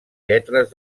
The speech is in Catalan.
lletres